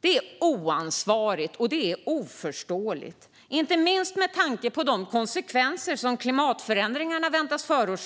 Det är oansvarigt och oförståeligt, inte minst med tanke på de konsekvenser som klimatförändringarna väntas få